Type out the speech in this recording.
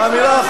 נא לקרוא לרופא,